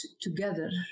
together